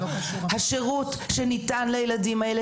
השירות שניתן לילדים האלה,